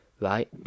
right